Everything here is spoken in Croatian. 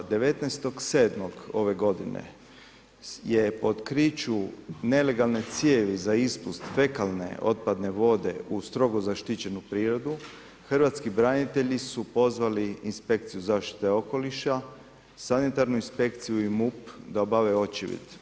19.7. ove godine je otkriću nelegalne cijevi za ispust fekalne otpadne vode, u strogo zaštićenu prirodu, hrvatski branitelju su pozvali inspekciju zaštite okoliša, sanitarnu inspekciju i MUP da obave očevid.